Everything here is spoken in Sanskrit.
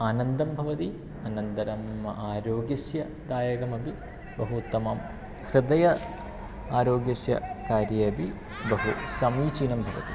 आनन्दं भवति अनन्तरम् आरोग्यस्य दायकमपि बहु उत्तमं हृदय आरोग्यस्य कार्ये अपि बहु समीचीनं भवति